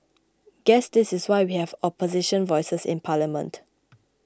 guess this is why we have opposition voices in parliament